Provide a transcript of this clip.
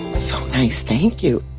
so nice, thank you.